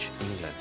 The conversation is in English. England